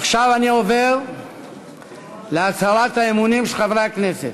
עכשיו אני עובר להצהרת האמונים של חברי הכנסת.